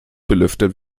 belüftet